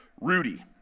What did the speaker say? Rudy